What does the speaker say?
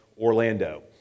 Orlando